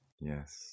Yes